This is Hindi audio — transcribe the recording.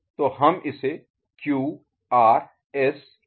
तो हम इसे Q R S T नाम दे रहे हैं